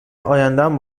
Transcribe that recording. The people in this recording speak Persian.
ایندم